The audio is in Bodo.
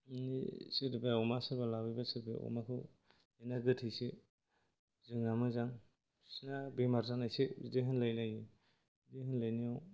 सोरनिबा अमा सोरबा लाबोयोबा सोरबाया अमाखौ बेना गोथैसो जोंना मोजां बिसिना बेमार जानायसो बिदि होनलाय लायो बिदि होनलायनायाव